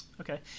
Okay